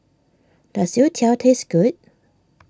does Youtiao taste good